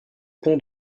pont